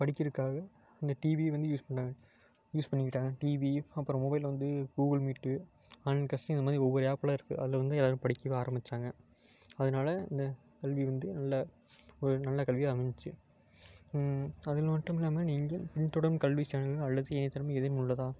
படிக்கிறக்காக இந்த டிவி வந்து யூஸ் பண்ணாங்க யூஸ் பண்ணிக்கிட்டாங்க டிவி அப்புறம் மொபைல்ல வந்து கூகுள் மீட்டு ஆன்லைன் க்ளாஸ் இந்தமாதிரி ஒவ்வொரு ஆப்லாம் இருக்குது அதில் வந்து எல்லாரும் படிக்கவே ஆரம்மிச்சாங்க அதனால் இந்த கல்வி வந்து நல்ல ஒரு நல்ல கல்வியாக அமைஞ்சிச்சி அதில் மட்டுமில்லாமல் நீங்கள் பின்தொடரும் கல்வி சேனல்கள் அல்லது இணையதளம் ஏதும் உள்ளதா